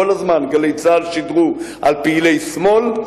כל הזמן "גלי צה"ל" שידרו על פעילי שמאל,